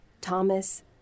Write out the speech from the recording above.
Thomas